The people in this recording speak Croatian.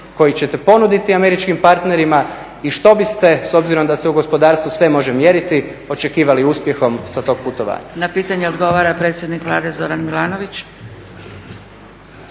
koje ćete ponuditi američkim partnerima i što biste, s obzirom da se u gospodarstvu sve može mjeriti, očekivali uspjehom sa tog putovanja?